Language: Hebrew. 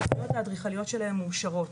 התוכניות האדריכליות שלהן מאושרת,